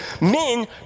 men